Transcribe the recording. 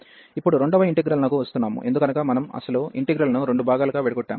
ఇప్పుడు రెండవ ఇంటిగ్రల్ నకు వస్తున్నాము ఎందుకనగా మనం అసలు ఇంటిగ్రల్ ను రెండు భాగాలుగా విడగొట్టాము